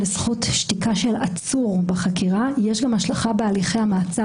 לשתיקה של עצור בחקירה יש גם השלכה בהליכי המעצר